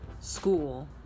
school